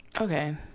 Okay